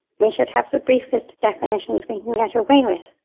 we should have the briefest definitions we can get away with.